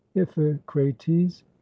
iphicrates